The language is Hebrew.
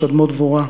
שדמות-דבורה.